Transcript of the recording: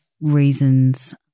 reasons